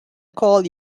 call